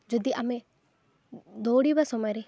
ଯଦି ଆମେ ଦୌଡ଼ିବା ସମୟରେ